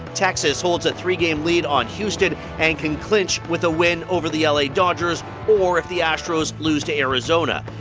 texas holds a three-game lead on houston and can clinch with win over the ah la dodgers, or if the astros lose to arizona.